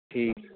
ਠੀਕ